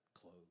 clothes